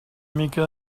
mica